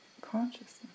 consciousness